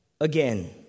again